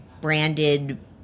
branded